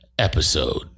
Episode